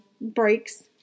breaks